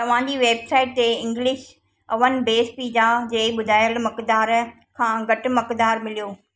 तव्हां जी वेबसाइट ते इंग्लिश अवन बेस पिज़्ज़ा जे ॿुधायल मक़दार खां घटि मक़दारु मिलियो